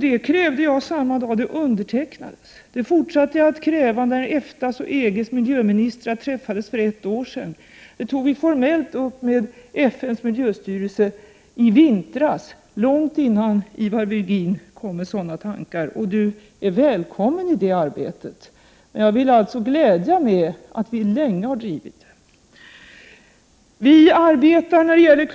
Det krävde jag samma dag som det undertecknades, och det fortsatte jag att kräva när EFTA:s och EG:s miljöministrar träffades för ett år sedan. Vi tog upp det formellt med FN:s miljöstyrelse i vintras, långt innan Ivar Virgin kom med sådana tankar. Han är välkommen i det arbetet, men jag vill glädja honom med att säga att vi länge har drivit den frågan. När det gäller